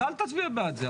אז אל תצביע בעד זה.